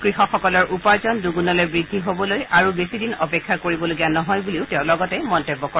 কৃষকসকলৰ উপাৰ্জন দুগুণলৈ বৃদ্ধি হ'বলৈ আৰু বেছিদিন অপেক্ষা কৰিবলগীয়া নহয় বুলিও তেওঁ লগতে মন্তব্য কৰে